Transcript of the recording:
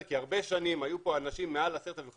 כי הרבה שנים היו פה אנשים מעל 10 אלפים,